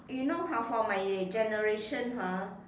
you know !huh! for my generation ah